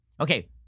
Okay